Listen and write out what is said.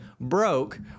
broke